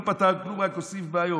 לא פתר כלום, רק הוסיף בעיות.